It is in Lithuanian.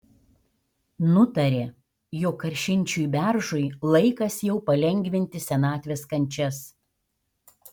nutarė jog karšinčiui beržui laikas jau palengvinti senatvės kančias